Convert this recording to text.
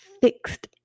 fixed